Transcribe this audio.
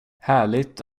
härligt